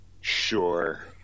Sure